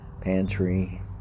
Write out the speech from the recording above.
pantry